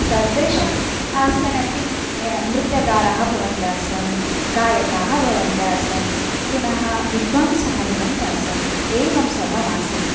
सर्वेषाम् आसनपि य नृत्यगाराः भवन्त्यासन् गायकाः भवन्त्यासन् पुनः विद्वांसः भवन्त्यासन् एवं सर्वम् आसीत्